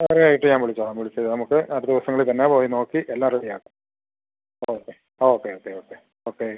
അവരും ആയിട്ട് ഞാൻ വിളിച്ചോളാം വിളിച്ച് നമുക്ക് അടുത്ത ദിവസങ്ങളിൽ തന്നെ പോയി നോക്കി എല്ലാ റെഡി ആക്കാം okay okay okay okay okay